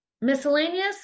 Miscellaneous